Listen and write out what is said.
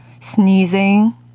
sneezing